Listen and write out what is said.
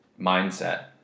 mindset